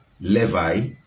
Levi